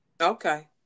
Okay